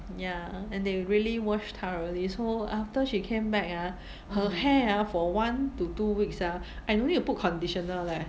ya and they really washed thoroughly so after she came back ah her hair ah for one to two weeks ah I no need to put conditioner leh